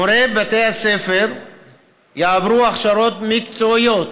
מורי בתי הספר יעברו הכשרות מקצועיות